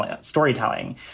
storytelling